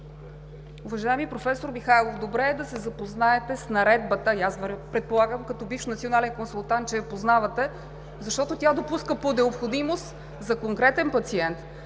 Уважаеми професор Михайлов, добре е да се запознаете с Наредбата. Предполагам, като бивш национален консултант, че я познавате, защото тя допуска по необходимост за конкретен пациент